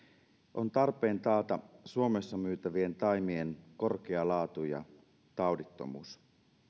on tarpeen taata suomessa myytävien taimien korkea laatu ja taudittomuus